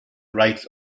rights